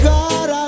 God